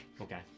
Okay